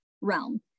realm